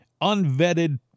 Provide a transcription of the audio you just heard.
unvetted